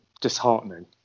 disheartening